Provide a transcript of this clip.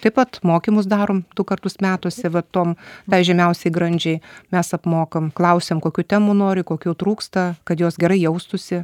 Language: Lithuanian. taip pat mokymus darom du kartus metuose va tom tai žemiausiai grandžiai mes apmokam klausiam kokių temų nori kokių trūksta kad jos gerai jaustųsi